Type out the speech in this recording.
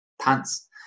pants